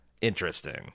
Interesting